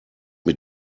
mit